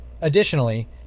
Additionally